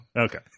Okay